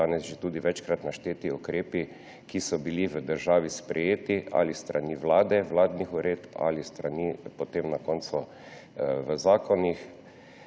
danes že tudi večkrat našteti ukrepi, ki so bili v državi sprejeti ali s strani vlade, vladnih uredb ali s strani potem na koncu v zakonih,